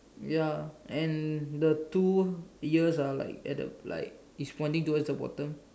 ya and the two ears ah like at the like is pointing towards the bottom